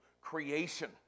creation